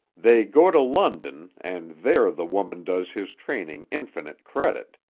they go to london and there the woman does his training infinite credit.